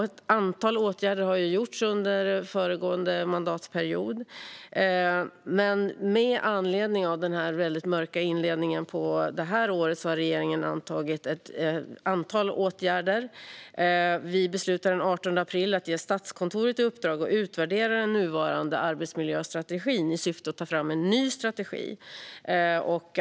Ett antal åtgärder har vidtagits under föregående mandatperiod, och med anledning av den väldigt mörka inledningen på detta år har regeringen vidtagit ett antal åtgärder. Vi beslutade den 18 april att ge Statskontoret i uppdrag att utvärdera den nuvarande arbetsmiljöstrategin i syfte att ta fram en ny strategi.